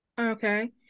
Okay